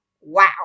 Wow